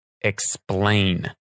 explain